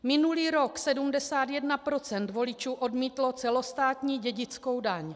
Minulý rok 71 % voličů odmítlo celostátní dědickou daň.